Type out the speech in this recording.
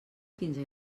quinze